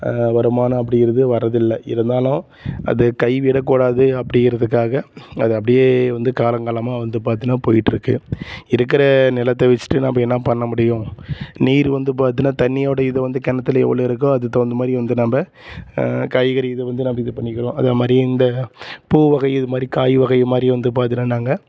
வருமானம் அப்படிங்கிறது வர்றதில்லை இருந்தாலும் அது கைவிடக்கூடாது அப்படிங்கிறதுக்காக அதை அப்படியே வந்து காலங்காலமாக வந்து பார்த்தீன்னா போயிட்டுருக்குது இருக்கிற நிலத்த வச்சுட்டு நாம் என்ன பண்ண முடியும் நீர் வந்து பார்த்தீன்னா தண்ணியோடய இது வந்து கிணத்துல எவ்வளோ இருக்கோ அதுக்குத் தகுந்த மாதிரி வந்து நாம் காய்கறி இதை வந்து நாம் இது பண்ணிக்கிறோம் அதை மாதிரி இந்த பூ வகை இது மாதிரி காய் வகை மாதிரி வந்து பார்த்தீன்னா நாங்கள்